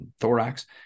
thorax